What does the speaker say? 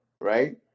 right